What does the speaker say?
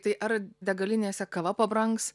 tai ar degalinėse kava pabrangs